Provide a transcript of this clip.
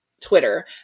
Twitter